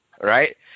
right